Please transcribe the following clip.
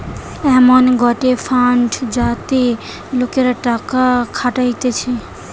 এমন গটে ফান্ড যাতে লোকরা টাকা খাটাতিছে